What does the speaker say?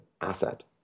asset